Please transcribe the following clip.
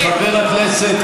חבר הכנסת,